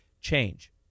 change